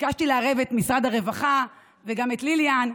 ביקשתי לערב את משרד הרווחה וגם את ליליאן.